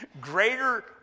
greater